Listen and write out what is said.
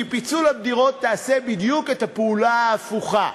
כי פיצול דירות יעשה בדיוק את הפעולה ההפוכה,